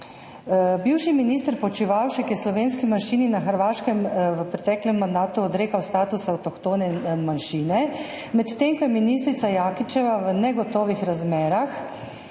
Bivši minister Počivalšek je slovenski manjšini na Hrvaškem v preteklem mandatu odrekal status avtohtone manjšine, medtem ko je ministrica Jaklitsch v negotovih razmerah